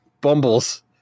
bumbles